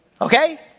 Okay